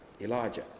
Elijah